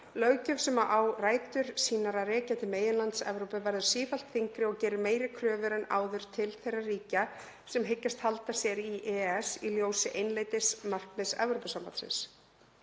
Löggjöf sem á rætur sínar að rekja til meginlands Evrópu verður sífellt þyngri og gerir meiri kröfur en áður til þeirra ríkja sem hyggjast halda sér í EES í ljósi einsleitnimarkmiðs Evrópusambandsins.